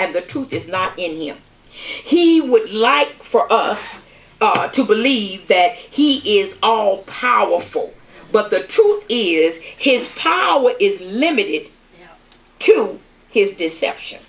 and the truth is not in him he would like for us to believe that he is all powerful but the truth is his power is limited to his deception